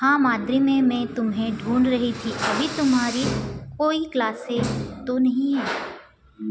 हाँ माद्रि मैं मैं तुम्हें ढूंढ़ रही थी अभी तुम्हारी कोई क्लासेज तो नहीं है